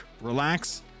relax